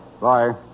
Bye